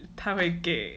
她会给